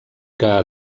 que